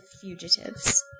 fugitives